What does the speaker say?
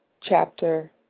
chapter